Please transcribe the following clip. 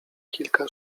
kilka